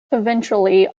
eventually